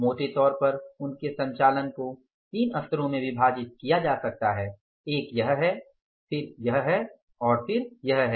मोटे तौर पर उनके संचालन को तीन स्तरों में विभाजित किया जा सकता है एक यह है फिर यह है और फिर यह है